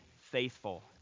faithful